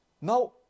Now